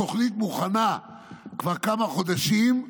התוכנית מוכנה כבר כמה חודשים,